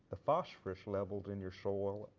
the phosphorous levels in your soil